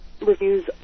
reviews